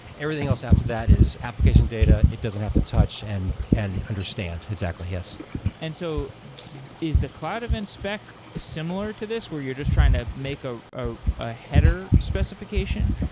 everything else after that is application data, it doesn't have to touch and and understand. exactly. yes and so is the cloud event spec similar to this? were you just trying to make a ah ah header specification?